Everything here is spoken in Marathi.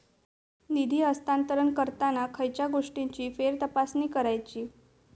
निधी हस्तांतरण करताना खयच्या गोष्टींची फेरतपासणी करायची?